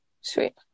Sweet